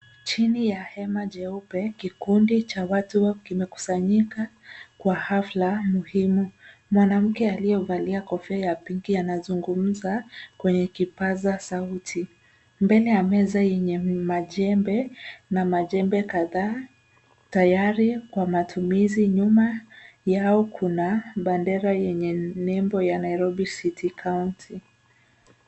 Chini ya hema jeupe, kikundi cha watu kimekusanyika kwa hafla muhimu. Mwanamke aliyevalia kofia ya pinki anazungumza kwenye kipaza sauti. Mbele ya meza yenye majembe na majembe kadhaa tayari kwa matumizi. Nyuma yao kuna bandera yenye nembo ya Nairobi city county .